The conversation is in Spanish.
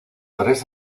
tres